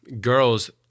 girls